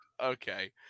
okay